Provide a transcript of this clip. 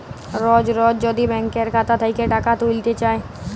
রজ রজ যদি ব্যাংকের খাতা থ্যাইকে টাকা ত্যুইলতে চায়